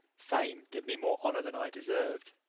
fame did me more honour than i deserved,